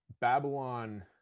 Babylon